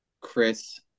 Chris